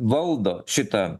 valdo šitą